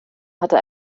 hatte